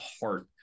heart